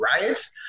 riots